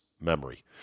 memory